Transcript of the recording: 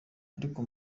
ariko